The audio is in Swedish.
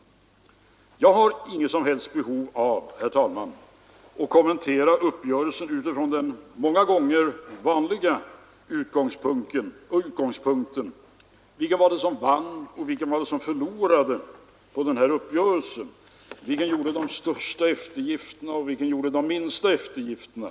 Jag har inget som helst behov, herr talman, av att kommentera uppgörelsen utifrån den vanliga utgångspunkten: Vem var det som vann och vem var det som förlorade på uppgörelsen, vem gjorde de största eftergifterna och vem gjorde de minsta eftergifterna?